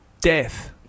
death